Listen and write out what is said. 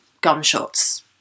gunshots